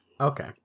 Okay